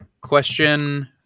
Question